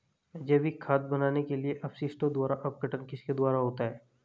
जैविक खाद बनाने के लिए अपशिष्टों का अपघटन किसके द्वारा होता है?